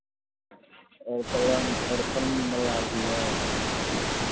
पलंग और कम वाला भी है